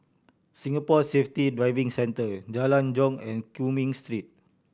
Singapore Safety Driving Centre Jalan Jong and Cumming Street